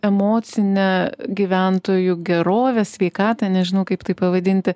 emocinę gyventojų gerovę sveikatą nežinau kaip tai pavadinti